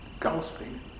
gasping